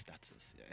status